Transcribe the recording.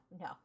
No